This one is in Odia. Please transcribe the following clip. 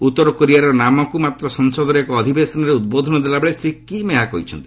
ଉତ୍ତର କୋରିଆର ନାମକୁ ମାତ୍ର ସଂସଦର ଏକ ଅଧିବେଶନରେ ଉଦ୍ବୋଦନ ଦେଲାବେଳେ ଶ୍ରୀ କିମ୍ ଏହା କହିଛନ୍ତି